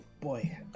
boy